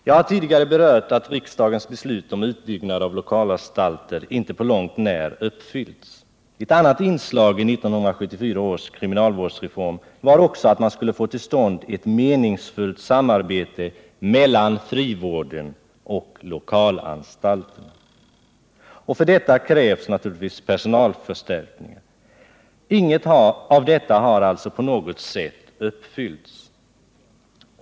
Jag har tidigare berört att riksdagens beslut om utbyggnad av lokalanstalter inte på långt när uppfyllts. Ett annat inslag i 1974 års kriminalvårdsreform var att man skulle få till stånd ett meningsfullt samarbete mellan frivården och lokalanstalterna. För detta krävs personalförstärkningar. Inget av detta har på något sätt uppfyllts.